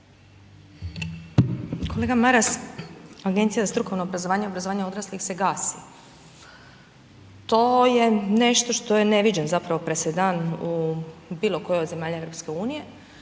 Kolega Maras, Agencija za strukovno obrazovanje i obrazovanje odraslih se gasi, to je nešto što je neviđen zapravo presedan u bilo kojoj od zemalja EU,